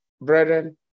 brethren